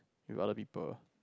with other people